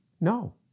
no